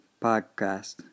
podcast